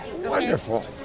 Wonderful